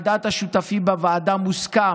הקודמת, ועל דעת השותפים בוועדה סוכם"